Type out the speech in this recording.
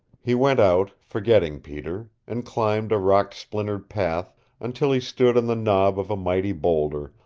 he went out, forgetting peter, and climbed a rock-splintered path until he stood on the knob of a mighty boulder,